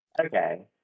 Okay